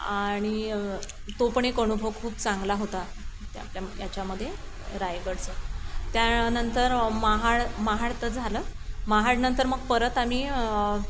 आणि तो पण एक अनुभव खूप चांगला होता त्या त्या याच्यामध्ये रायगडचं त्यानंतर महाड महाड तर झालं महाडनंतर मग परत आम्ही